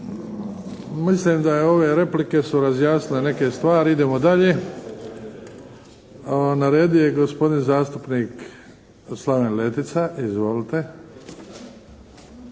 Mislim da je ove replike su razjasnile neke stvari. Idemo dalje. Na redu je gospodin zastupnik Slaven Letica. Izvolite!